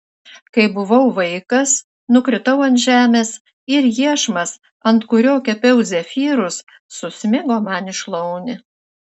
kai buvau vaikas nukritau ant žemės ir iešmas ant kurio kepiau zefyrus susmigo man į šlaunį